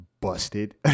busted